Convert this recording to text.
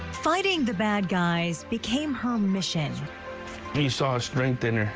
fighting the bad. guys became her mission he saw strength in there.